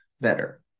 better